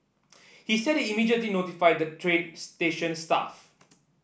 he said he immediately notified the train station staff